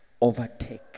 Overtake